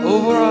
Over